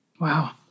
Wow